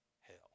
hell